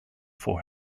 for